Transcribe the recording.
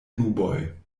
nuboj